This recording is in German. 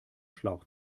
schlauch